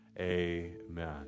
Amen